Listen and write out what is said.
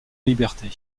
liberté